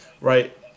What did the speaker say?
right